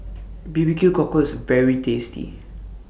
B B Q Cockle IS very tasty